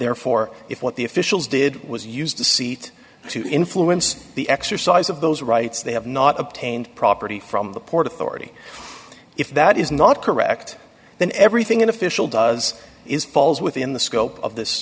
therefore if what the officials did was use the seat to influence the exercise of those rights they have not obtained property from the port authority if that is not correct then everything an official does is falls within the scope of this